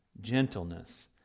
gentleness